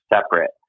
separate